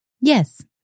Yes